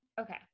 Okay